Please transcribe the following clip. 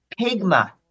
Pigma